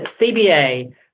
CBA